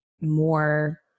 more